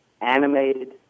animated